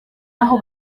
aho